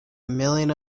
million